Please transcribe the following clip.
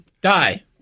die